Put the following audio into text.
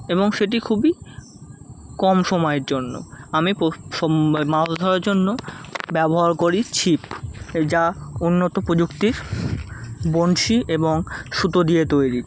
এবং সেটি খুবই কম সময়ের জন্য আমি পো সোম মাছ ধরার জন্য ব্যবহার করি ছিপ যা উন্নত প্রযুক্তির বঁড়শি এবং সুতো দিয়ে তৈরি